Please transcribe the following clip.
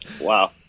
Wow